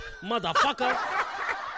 motherfucker